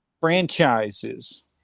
franchises